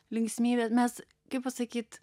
linksmybė mes kaip pasakyt